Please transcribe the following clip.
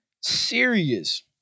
serious